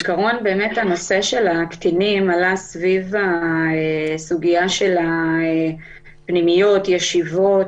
הנושא של הקטינים עלה סביב הסוגיה של הפנימיות והישיבות,